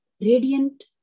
radiant